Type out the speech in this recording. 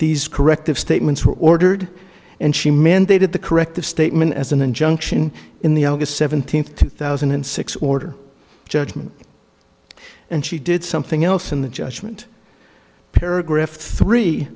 these corrective statements were ordered and she mandated the correct the statement as an injunction in the august seventeenth two thousand and six order judgment and she did something else in the judgment paragraph three